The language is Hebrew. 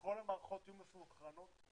שכל המערכות יהיו מסונכרנות,